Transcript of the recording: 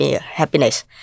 happiness